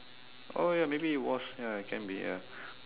oh ya maybe it was ya it can be ya